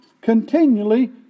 continually